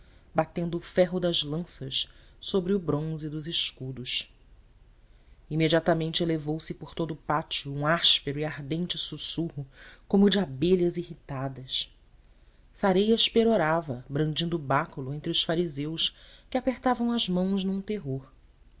batendo o ferro das lanças sobre o bronze dos escudos imediatamente elevou se por todo o pátio um áspero e ardente sussurro como de abelhas irritadas sareias perorava brandindo o báculo entre os fariseus que apertavam as mãos num terror